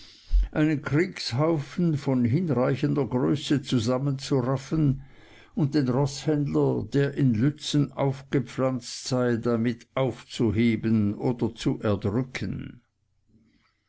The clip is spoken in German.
einen kriegshaufen von hinreichender größe zusammenzuraffen und den roßhändler der in lützen aufgepflanzt sei damit aufzuheben oder zu erdrücken